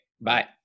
Bye